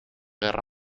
guerra